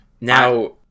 Now